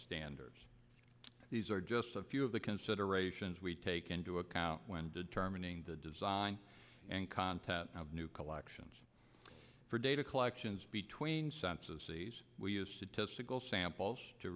standards these are just a few of the considerations we take into account when determining the design and content of new collections for data collections between census ease we use to testicle samples to